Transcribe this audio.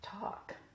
talk